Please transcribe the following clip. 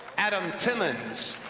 adam timmins,